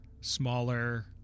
smaller